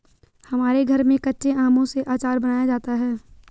हमारे घर में कच्चे आमों से आचार बनाया जाता है